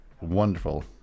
wonderful